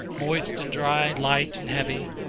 moist and dry, light and heavy?